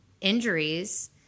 injuries